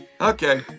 okay